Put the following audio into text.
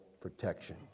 protection